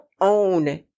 own